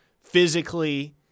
physically